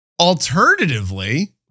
Alternatively